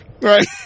Right